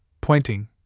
pointing